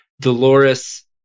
Dolores